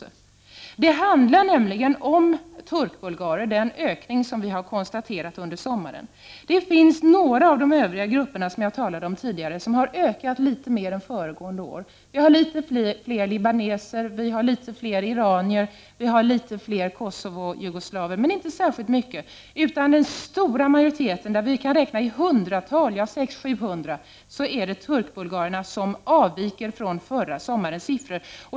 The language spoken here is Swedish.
Den ökning man har kunnat konstatera under sommaren gäller nämligen turkbulgarer. Några andra av de övriga grupper som jag har talat om tidigare har ökat i antal litet mer än föregående år. Vi har litet fler libaneser, litet fler iranier, litet fler Kosovojugoslaver, men inte särskilt mycket. Den stora majoriteten, där vi kan räkna i hundratal — 600-700 — är turkbulgarer, och deras antal avviker från förra sommarens siffror.